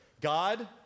God